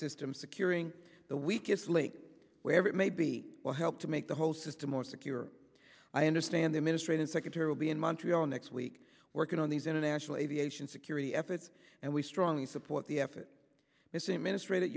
system securing the weakest link wherever it may be will help to make the whole system more secure i understand administration secretary will be in montreal next week working on these international aviation security efforts and we strongly support the effort it's a ministry that